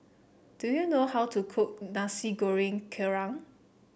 do you know how to cook Nasi Goreng Kerang